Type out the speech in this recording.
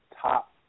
top